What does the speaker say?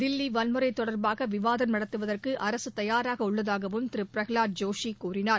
தில்லி வன்முறை தொடர்பாக விவாதம் நடத்துவதற்கு அரசு தயாராக உள்ளதாகவும் திரு பிரகலாத் ஜோஷி கூறினார்